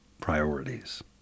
priorities